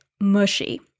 mushy